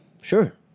Sure